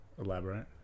elaborate